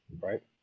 Right